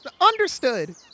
Understood